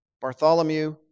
Bartholomew